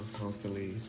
constantly